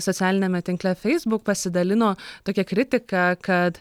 socialiniame tinkle feisbuk pasidalino tokia kritika kad